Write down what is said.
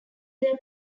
their